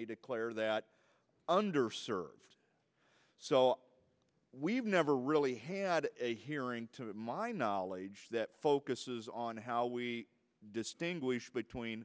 it clear that under served so we've never really had a hearing to my knowledge that focuses on how we distinguish between